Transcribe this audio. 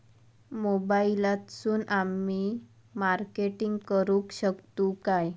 मोबाईलातसून आमी मार्केटिंग करूक शकतू काय?